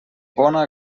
bona